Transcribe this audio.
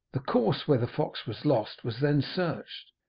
the course where the fox was lost was then searched,